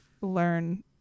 learn